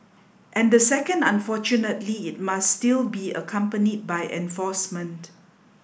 and the second unfortunately it must still be accompanied by enforcement